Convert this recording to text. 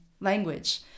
language